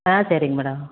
ஆ சேரிங்க மேடம்